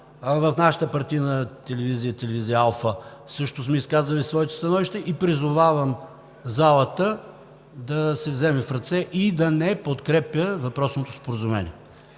В нашата партийна телевизия – телевизия „Алфа“, също сме изказвали своето становище. Призовавам залата да се вземе в ръце и да не подкрепи въпросното Споразумение.